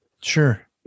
Sure